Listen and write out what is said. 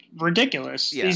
ridiculous